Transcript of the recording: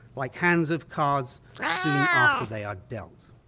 like hands of cards soon after they are dealt.